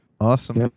Awesome